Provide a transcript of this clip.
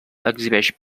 exhibeix